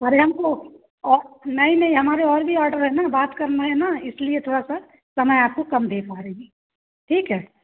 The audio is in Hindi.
अरे हमको और नहीं नहीं हमारे और भी ऑडर है न बात करना है न इसलिए थोड़ा सा समय आपको कम दे पा रही हूँ ठीक है